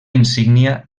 insígnia